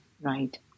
right